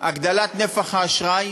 הגדלת נפח האשראי